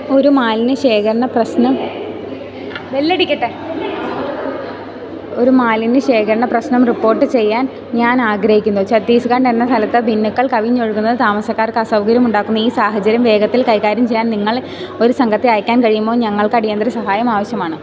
ഒരു മാലിന്യ ശേഖരണ പ്രശ്നം ബെല്ലടിക്കട്ടെ ഒരു മാലിന്യ ശേഖരണ പ്രശ്നം റിപ്പോർട്ട് ചെയ്യാൻ ഞാനാഗ്രഹിക്കുന്നു ഛത്തീസ്ഗഢെന്ന സ്ഥലത്ത് ബിന്നുകൾ കവിഞ്ഞൊഴുകുന്നത് താമസക്കാർക്ക് അസൗകര്യം ഉണ്ടാക്കുന്ന ഈ സാഹചര്യം വേഗത്തിൽ കൈകാര്യം ചെയ്യാൻ നിങ്ങൾ ഒരു സംഘത്തെ അയയ്ക്കാൻ കഴിയുമോ ഞങ്ങൾക്കടിയന്തര സഹായം ആവശ്യമാണ്